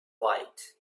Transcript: light